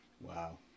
Wow